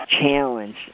challenge